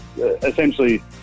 essentially